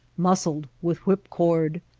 muscled with whip-cord.